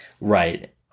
Right